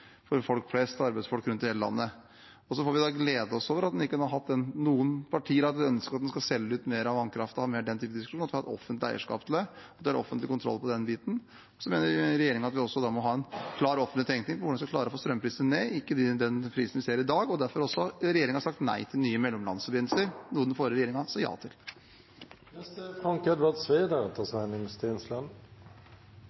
folk flest og arbeidsfolk rundt i hele landet. Så får vi glede oss over – noen partier hadde ønsket at en skulle selge ut mer av vannkraften – at vi har et offentlig eierskap til det, at vi har offentlig kontroll på den biten. Regjeringen mener at vi må ha en klar offentlig tenkning rundt hvordan vi skal klare å få strømprisene ned, og ikke ha den prisen vi ser i dag. Derfor har regjeringen sagt nei til nye mellomlandsforbindelser, noe den forrige regjeringen sa ja til. Julefreden senkar seg vel etter kvart også i denne salen, eller det